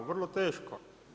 Vrlo teško.